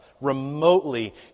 Remotely